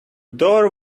door